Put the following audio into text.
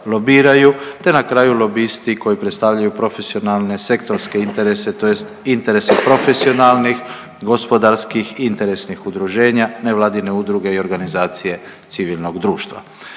te na kraju lobisti koji predstavljaju profesionalne, sektorske interese tj. interese profesionalnih, gospodarskih i interesnih udruženja nevladine udruge i organizacije civilnog društva.